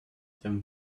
then